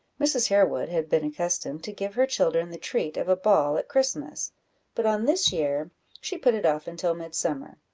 mrs. harewood had been accustomed to give her children the treat of a ball at christmas but on this year she put it off until midsummer,